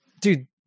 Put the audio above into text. dude